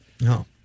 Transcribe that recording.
No